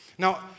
Now